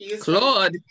Claude